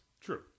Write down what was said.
True